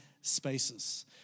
spaces